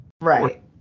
Right